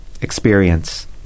experience